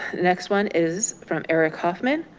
next one is from eric hoffman.